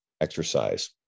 exercise